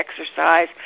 exercise